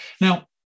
Now